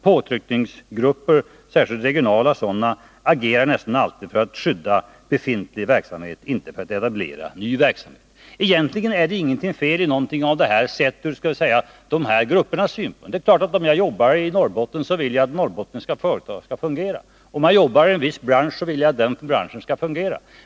Påtryckningsgrupper, särskilt regionala sådana, agerar nästan alltid för att skydda befintlig verksamhet, inte för att etablera ny verksamhet. Egentligen är det inget fel i någonting av detta, sett ur resp. gruppers synvinkel. Det är klart att om man jobbar i Norrbotten vill man att norrbottniska företag skall fungera. Och om man jobbar i en viss bransch vill man att den branschen skall fungera.